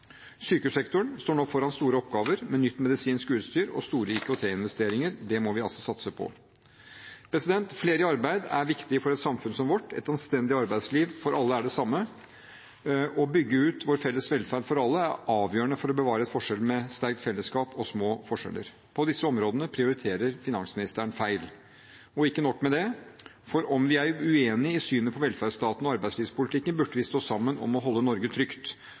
Sykehussektoren står nå foran store oppgaver, med nytt medisinsk utstyr og store IKT-investeringer. Det må vi altså satse på. Flere i arbeid er viktig for et samfunn som vårt. Et anstendig arbeidsliv for alle er det samme. Å bygge ut vår felles velferd for alle er avgjørende for å bevare et samfunn med sterkt felleskap og små forskjeller. På disse områdene prioriterer finansministeren feil. Og ikke nok med det: Om vi er uenig i synet på velferdsstaten og arbeidslivspolitikken, burde vi stå sammen om å holde Norge trygt.